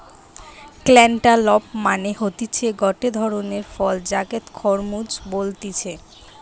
cantaloupe মানে হতিছে গটে ধরণের ফল যাকে খরমুজ বলতিছে